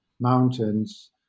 mountains